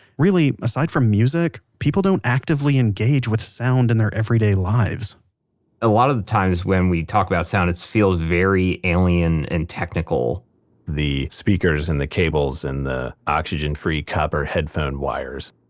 really, aside from music, people don't actively engage with sound in their everyday lives a lot of the times when we talk about sound it feels very alien and technical the speakers and the cables and the oxygen-free copper headphone wires.